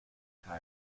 satire